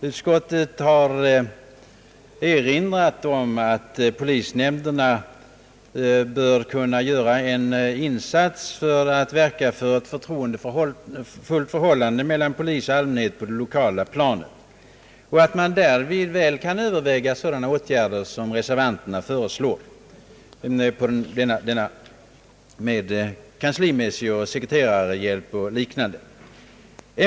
Utskottet har erinrat om att polishämnderna bör kunna göra en insats för att verka för ett förtroendefullt förhållande mellan polis och allmänhet på det lokala planet och att man därvid väl kan överväga sådana åtgärder som reservanterna föreslår i fråga om kanslihjälp.